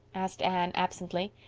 asked anne absently.